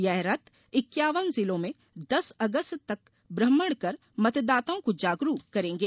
ये रथ इक्यावन जिलों में दस अगस्त तक भ्रमण कर मतदाताओं को जागरूक करेंगे